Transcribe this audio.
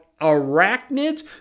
arachnids